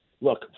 look